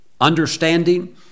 understanding